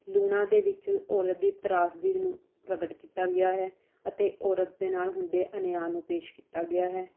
ਲੂਣਾ ਦੇ ਵਿੱਚ ਔਰਤ ਦੀ ਤ੍ਰਾਸ਼ਦੀ ਨੂੰ ਪ੍ਰਗਟ ਕੀਤਾ ਗਿਆ ਹੈ ਅਤੇ ਔਰਤ ਦੇ ਨਾਲ ਹੁੰਦੇ ਅਨਿਆਂ ਨੂੰ ਪੇਸ਼ ਕੀਤਾ ਗਿਆ ਹੈ